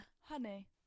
honey